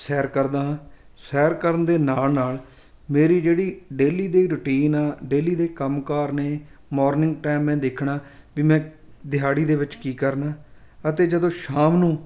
ਸੈਰ ਕਰਦਾ ਹਾਂ ਸੈਰ ਕਰਨ ਦੇ ਨਾਲ ਨਾਲ ਮੇਰੀ ਜਿਹੜੀ ਡੇਲੀ ਦੀ ਰੂਟੀਨ ਆ ਡੇਲੀ ਦੇ ਕੰਮਕਾਰ ਨੇ ਮੋਰਨਿੰਗ ਟਾਈਮ ਮੈਂ ਦੇਖਣਾ ਵੀ ਮੈਂ ਦਿਹਾੜੀ ਦੇ ਵਿੱਚ ਕੀ ਕਰਨਾ ਅਤੇ ਜਦੋਂ ਸ਼ਾਮ ਨੂੰ